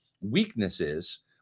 weaknesses